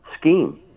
scheme